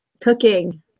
cooking